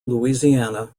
louisiana